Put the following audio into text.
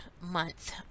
month